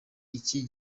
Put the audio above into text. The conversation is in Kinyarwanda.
iki